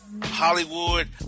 Hollywood